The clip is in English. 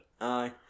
Aye